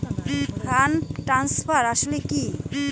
Fund transfer আসলে কী?